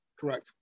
Correct